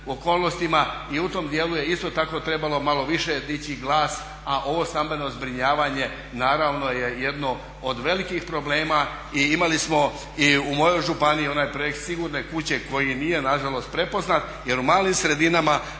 okolnostima i u tom djelu je isto tako trebalo malo više dići glas, a ovo stambeno zbrinjavanje naravno je jedno od velikih problema. I imali smo i u moj županiji onaj projekt "Sigurne kuće" koji nije nažalost prepoznat jer u malim sredinama